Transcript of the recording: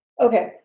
Okay